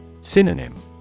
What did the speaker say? Synonym